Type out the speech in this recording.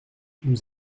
nous